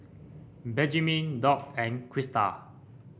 Benjamine Doc and Crysta